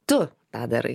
tu tą darai